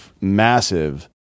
massive